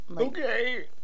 Okay